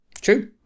true